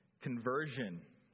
conversion